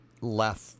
left